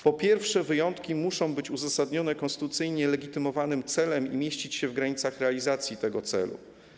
Po pierwsze, wyjątki muszą być uzasadnione konstytucyjnie legitymowanym celem i mieścić się w granicach realizacji tego celu.